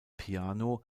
piano